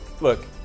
look